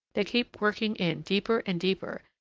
they keep working in deeper and deeper,